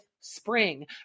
spring